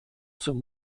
zum